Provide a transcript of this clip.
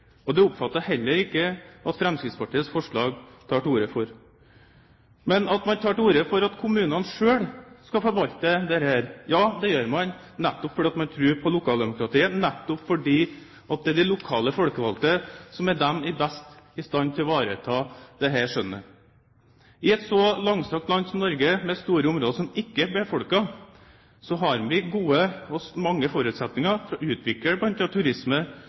Det oppfatter jeg heller ikke at Fremskrittspartiets forslag tar til orde for. Men man tar til orde for at kommunene selv skal forvalte dette. Ja, det gjør man nettopp fordi man tror på lokaldemokratiet, nettopp fordi det er de lokale folkevalgte som er de som er best til å ivareta dette skjønnet. I et så langstrakt land som Norge med store områder som ikke er befolket, har vi gode og mange forutsetninger for å utvikle bl.a. turisme i tilknytning til snøscooterløyper uten at det kommer i konflikt med annen turisme